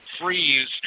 freeze